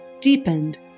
deepened